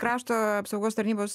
krašto apsaugos tarnybos